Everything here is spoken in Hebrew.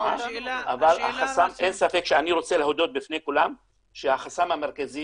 אבל אין ספק שאני רוצה להודות בפני כולם שהחסם המרכזי